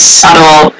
subtle